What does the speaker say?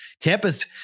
Tampa's